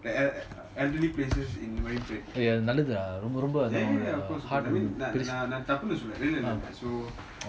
நல்லது ரொம்ப ரொம்ப அது ஒரு பெருசு:nalathu romba romba athu oru perusu